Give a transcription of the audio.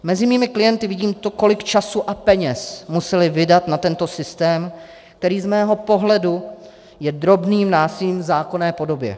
Mezi svými klienty vidím, kolik času a peněz museli vydat na tento systém, který z mého pohledu je drobným násilím v zákonné podobě.